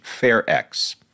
FairX